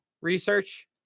research